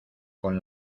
con